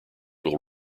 will